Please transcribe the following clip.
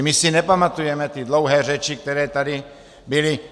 My si nepamatujeme ty dlouhé řeči, které tady byly?